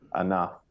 enough